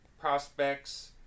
prospects